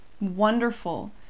wonderful